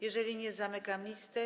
Jeżeli nie, zamykam listę.